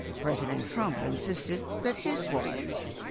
president trump insisted that his was.